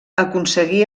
aconseguí